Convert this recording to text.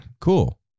cool